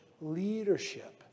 leadership